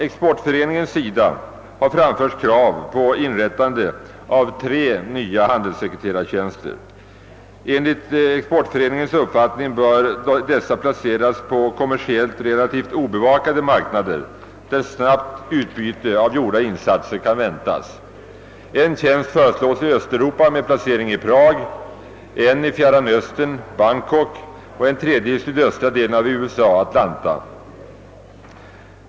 Exportföreningen har begärt inrättande av tre nya handelssekreterartjänster, som enligt dess mening bör placeras på kommersiellt relativt obevakade marknader, där snabbt utbyte av gjorda insatser kan väntas. En tjänst föreslås i Östeuropa med placering i Prag, en i Fjärran Östern med placering i Bangkok och en tredje i sydöstra delen av USA med placering i Atlanta.